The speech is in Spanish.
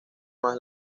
más